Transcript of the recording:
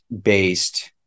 based